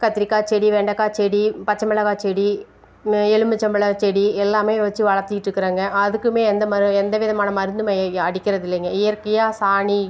கத்திரிக்காய் செடி வெண்டக்காய் செடி பச்சை மிளகா செடி எலுமிச்சம் பழச்செடி எல்லாமே வச்சு வளர்த்திட்ருக்றேங்க அதுக்குமே எந்த ம எந்த விதமான மருந்துமே அடிக்கிறது இல்லைங்க இயற்கையாக சாணி